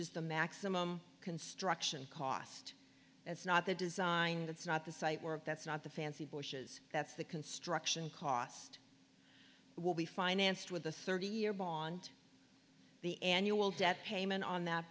is the maximum construction cost and it's not the design that's not the site work that's not the fancy bush's that's the construction cost will be financed with the thirty year bond the annual debt payment on that